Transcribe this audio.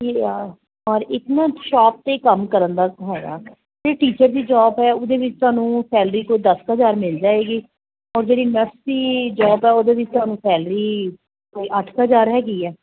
ਕੀ ਆ ਔਰ ਇਕ ਨਾ ਸ਼ੋਪ 'ਤੇ ਕੰਮ ਕਰਨ ਦਾ ਹੈਗਾ ਅਤੇ ਟੀਚਰ ਦੀ ਜੋਬ ਹੈ ਉਹਦੇ ਵਿੱਚ ਤੁਹਾਨੂੰ ਸੈਲਰੀ ਕੋਈ ਦੱਸ ਕੁ ਹਜ਼ਾਰ ਮਿਲ ਜਾਏਗੀ ਔਰ ਜਿਹੜੀ ਨਰਸ ਦੀ ਜੋਬ ਆ ਉਹਦੇ ਵਿੱਚ ਤੁਹਾਨੂੰ ਸੈਲਰੀ ਕੋਈ ਅੱਠ ਕੁ ਹਜ਼ਾਰ ਹੈਗੀ ਹੈ